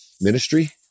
ministry